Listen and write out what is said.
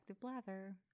Blather